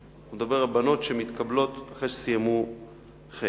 ואני מדבר על בנות שמתקבלות אחרי שסיימו כיתה